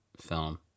film